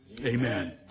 Amen